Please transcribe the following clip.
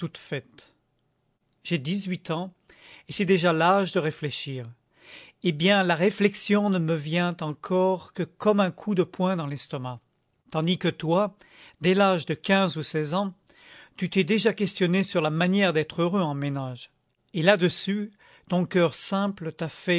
j'ai dix-huit ans et c'est déjà l'âge de réfléchir eh bien la réflexion ne me vient encore que comme un coup de poing dans l'estomac tandis que toi dès l'âge de quinze ou seize ans tu t'es déjà questionné sur la manière d'être heureux en ménage et là-dessus ton coeur simple t'a fait